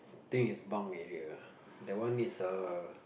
think is bunk area ah that one is a